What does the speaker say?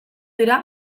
dira